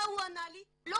מה הוא ענה לי "לא,